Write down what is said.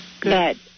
Good